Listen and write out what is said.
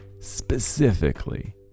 specifically